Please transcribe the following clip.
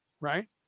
right